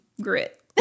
grit